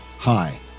Hi